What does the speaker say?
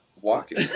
walking